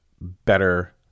better